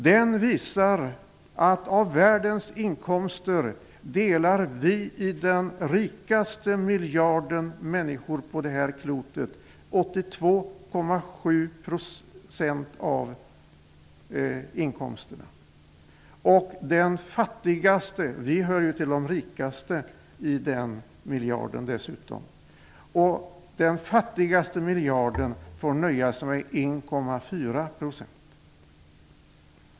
Den visar att av världens inkomster delar vi som utgör den rikaste miljarden människor på detta jordklot på 82,7 % av inkomsterna. Den fattigaste miljarden människor -- vi svenskar hör ju till den rikaste -- får nöja sig med 1,4 %.